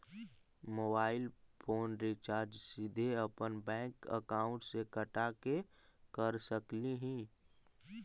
Mobile phone recharge सीधे अपन bank account से कटा के कर सकली ही?